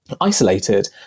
isolated